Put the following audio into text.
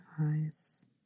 eyes